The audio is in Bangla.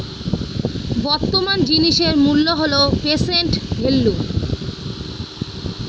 বর্তমান জিনিসের মূল্য হল প্রেসেন্ট ভেল্যু